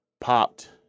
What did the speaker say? popped